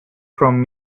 from